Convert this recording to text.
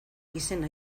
izena